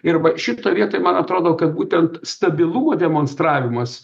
ir va šitoj vietoj man atrodo kad būtent stabilumo demonstravimas